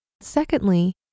Secondly